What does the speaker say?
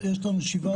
יש לנו 17 חברי כנסת,